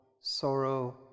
sorrow